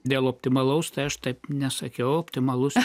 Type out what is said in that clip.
dėl optimalaus tai aš taip nesakiau optimalus